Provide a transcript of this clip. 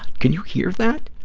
can you hear that?